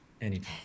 Anytime